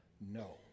No